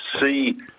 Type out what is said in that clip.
see